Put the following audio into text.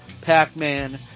Pac-Man